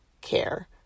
care